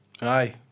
aye